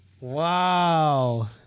Wow